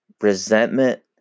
resentment